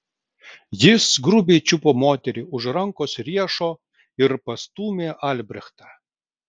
jis grubiai čiupo moterį už rankos riešo ir pastūmė albrechtą